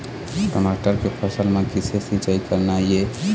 टमाटर के फसल म किसे सिचाई करना ये?